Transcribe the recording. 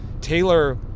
Taylor –